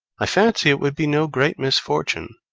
i fancy it would be no great misfortune.